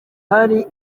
hari